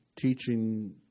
teaching